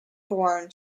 born